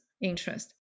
interest